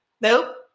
Nope